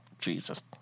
Jesus